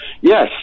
Yes